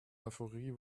euphorie